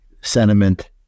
sentiment